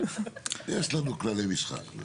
לא, יש לנו כללי משחק.